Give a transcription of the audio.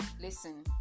listen